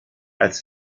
als